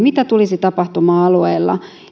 mitä tulisi tapahtumaan alueilla